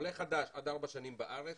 עולה חדש עד ארבע שנים בארץ